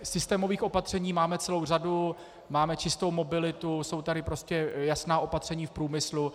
Systémových opatření máme celou řadu, máme čistou mobilitu, jsou tady jasná opatření v průmyslu.